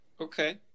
okay